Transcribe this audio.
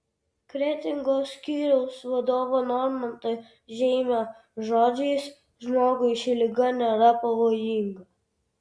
kretingos skyriaus vadovo normanto žeimio žodžiais žmogui ši liga nėra pavojinga